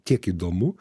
tiek įdomu